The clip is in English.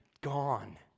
gone